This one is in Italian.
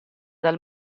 dal